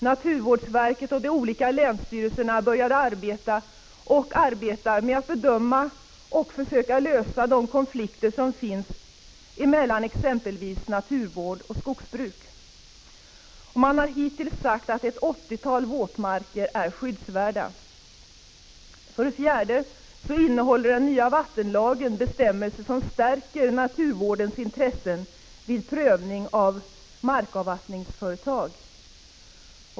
Naturvårdsverket och de olika länsstyrelserna började arbeta och arbetar med att bedöma och försöka lösa de konflikter som finns mellan exempelvis naturvård och skogsbruk. Man har hittills sagt att ett åttiotal våtmarker är skyddsvärda. 4. Den nya vattenlagen innehåller bestämmelser som stärker naturvårdens intressen vid prövning av markavvattningsföretag.